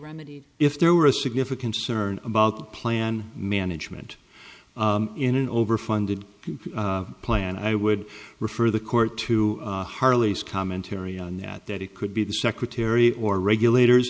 remedied if there were a significant crn about plan management in an overfunded plan i would refer the court to harley's commentary on that that it could be the secretary or regulators